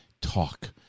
talk